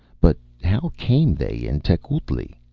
but how came they in tecuhltli?